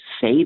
say